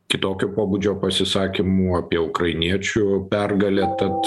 kitokio pobūdžio pasisakymų apie ukrainiečių pergalę tad